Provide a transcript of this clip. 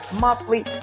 monthly